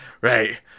right